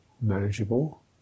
manageable